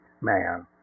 man